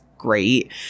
great